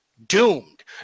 doomed